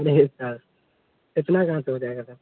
नहीं सर इतना कहाँ से हो जाएगा सर